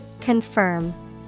Confirm